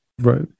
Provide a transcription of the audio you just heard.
Right